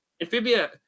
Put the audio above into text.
Amphibia